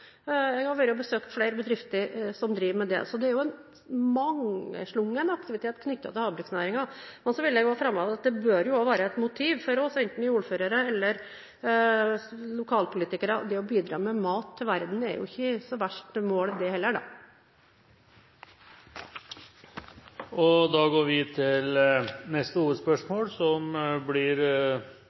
besøkt flere bedrifter som driver med det. Så det er en mangslungen aktivitet knyttet til havbruksnæringen. Men så vil jeg også framheve at det bør være et motiv for oss, enten vi er ordførere eller lokalpolitikere. Å bidra med mat til verden er jo ikke så verst mål det heller, da. Da går vi til neste hovedspørsmål, som blir